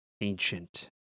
ancient